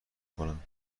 کنم